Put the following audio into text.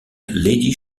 lady